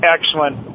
excellent